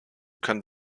können